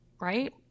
right